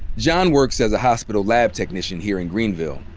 john works as a hospital lab technician here in greenville.